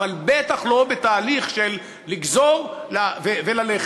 אבל בטח לא בתהליך של לגזור וללכת.